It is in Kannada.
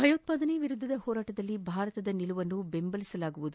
ಭಯೋತ್ಪಾದನೆ ವಿರುದ್ದದ ಹೋರಾಟದಲ್ಲಿ ಭಾರತದ ನಿಲುವನ್ನು ಬೆಂಬಲಿಸಲಾಗುವುದು